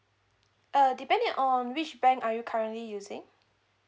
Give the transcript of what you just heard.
uh depending on which bank are you currently using